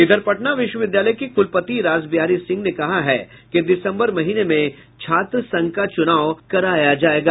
इधर पटना विश्वविद्यालय के कुलपति रासबिहारी सिंह ने कहा है कि दिसम्बर महीने में छात्र संघ का चुनाव कराया जायेगा